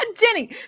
Jenny